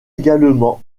également